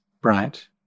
bright